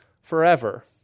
forever